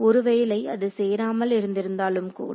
ஒருவேளை அது சேராமல் இருந்திருந்தாலும் கூட